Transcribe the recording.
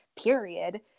period